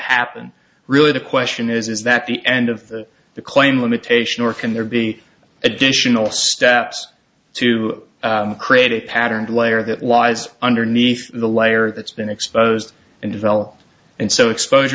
happen really the question is is that the end of the claim limitation or can there be additional steps to create a patterned layer that lies underneath the layer that's been exposed and develop and so exposure